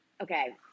okay